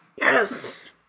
Yes